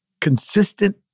Consistent